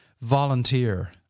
volunteer